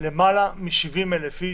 יותר מ-70,000 איש,